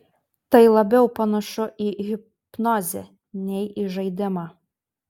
tai labiau panašu į hipnozę nei į žaidimą